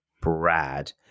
Brad